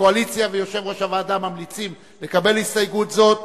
הקואליציה ויושב-ראש הוועדה ממליצים לקבל הסתייגות זאת.